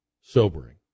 sobering